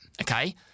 okay